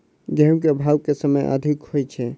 गेंहूँ केँ भाउ केँ समय मे अधिक होइ छै?